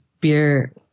beer